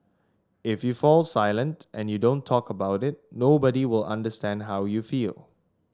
if you fall silent and you don't talk about it nobody will understand how you feel